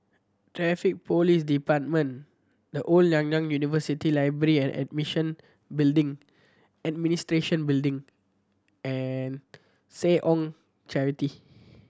Traffic Police Department The Old Nanyang University Library and Admission Building Administration Building and Seh Ong Charity